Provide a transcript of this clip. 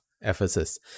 Ephesus